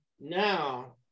Now